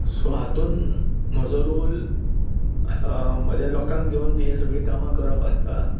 so हातूंत म्हजो role म्हज्या लोकांक घेवन हे सगळीं कामां करप आसता